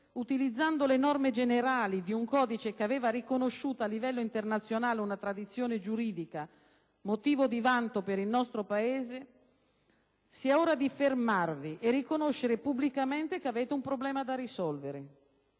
utilizzando le norme generali di un codice che aveva riconosciuto a livello internazionale una tradizione giuridica motivo di vanto per il nostro Paese, sia ora di fermarvi e riconoscere pubblicamente che avete un problema da risolvere: